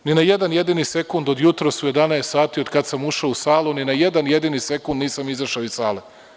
Ni na jedan jedini sekund od jutros od 11,00 sati od kada sam ušao u salu, ni na jedan jedini sekund nisam izašao iz sale.